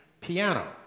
piano